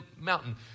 mountain